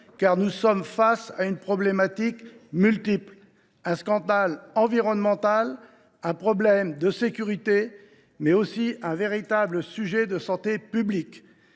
car nous sommes confrontés à une problématique multiple : un scandale environnemental, un problème de sécurité, mais aussi un véritable sujet de santé publique.